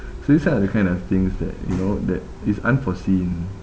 so it's like that kind of things that you know that it's unforeseen